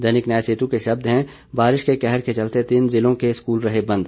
दैनिक न्याय सेतु के शब्द हैं बारिश के कहर के चलते तीन जिलों के स्कूल रहे बंद